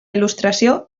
il·lustració